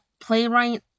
playwright